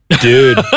Dude